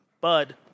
bud